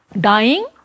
Dying